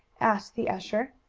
asked the usher.